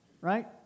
right